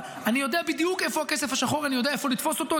אני יודע בדיוק איפה הכסף השחור ואני יודע איפה לתפוס אותו.